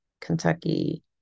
kentucky